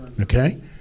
okay